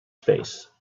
face